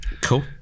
Cool